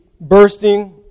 bursting